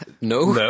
No